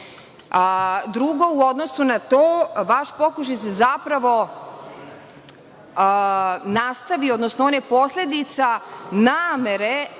Drugo, u odnosu na to, vaš pokušaj se zapravo nastavio, odnosno on je posledica namere